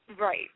Right